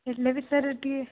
ହେଲେ ବି ସାର୍ ଟିକେ